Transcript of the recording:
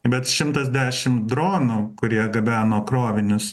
bet šimtas dešim dronų kurie gabeno krovinius